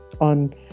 on